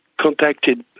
contacted